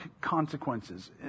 consequences